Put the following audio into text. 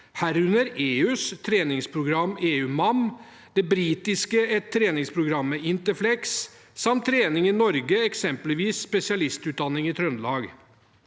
herunder EUs treningsprogram EU MAM, det britiske treningsprogrammet Interflex samt trening i Norge, eksempelvis spesialistutdanning i Trøndelag.